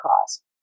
cause